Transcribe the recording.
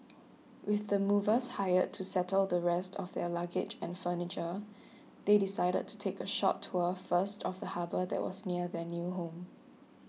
with the movers hired to settle the rest of their luggage and furniture they decided to take a short tour first of the harbour that was near their new home